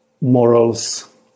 morals